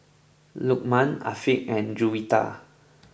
Lukman Afiq and Juwita